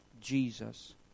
Jesus